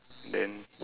then